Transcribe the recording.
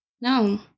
No